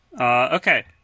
Okay